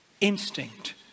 instinct